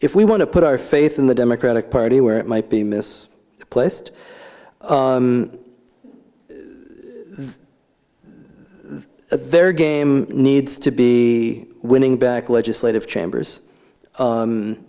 if we want to put our faith in the democratic party where it might be mis placed their game needs to be winning back legislative chambers